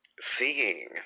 seeing